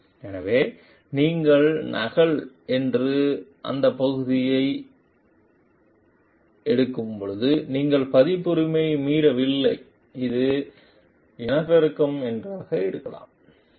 எனவே நீங்கள் நகல் என்று அந்த பகுதியை என்ன நீங்கள் பதிப்புரிமை மீறவில்லை இது இனப்பெருக்கம் இருக்கலாம் என்று